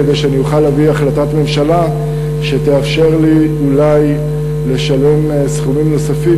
כדי שאני אוכל להביא החלטת ממשלה שתאפשר לי אולי לשלם סכומים נוספים,